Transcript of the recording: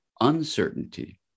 uncertainty